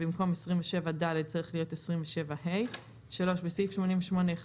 במקום "27(ד)" צריך להיות "27(ה)"; בסעיף 88(1),